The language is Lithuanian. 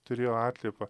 turėjo atliepą